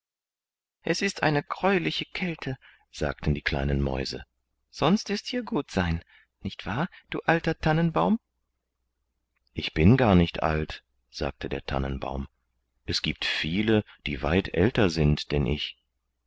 es ist eine gräuliche kälte sagten die kleinen mäuse sonst ist hier gut sein nicht wahr du alter tannenbaum ich bin gar nicht alt sagte der tannenbaum es giebt viele die weit älter sind denn ich